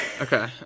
Okay